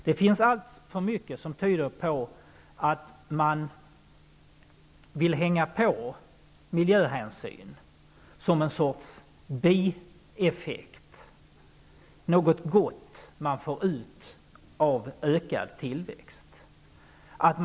Det finns alltför mycket som tyder på att man vill hänga på miljöhänsyn som en sorts bieffekt, något gott man får ut av ökad tillväxt.